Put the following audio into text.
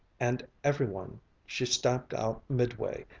and every one she stamped out midway,